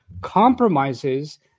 compromises